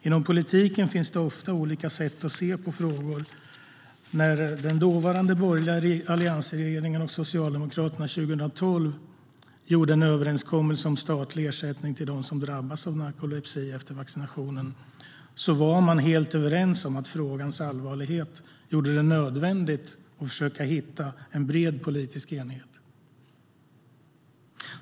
Inom politiken finns ofta olika sätt att se på frågor. När den dåvarande borgerliga alliansregeringen och Socialdemokraterna 2012 träffade en överenskommelse om statlig ersättning till dem som drabbats av narkolepsi efter vaccinationen var man helt överens om att frågans allvarlighet gjorde det nödvändigt att försöka hitta en bred politisk enighet.